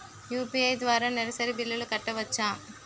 UPI ద్వారా నెలసరి బిల్లులు కట్టవచ్చా?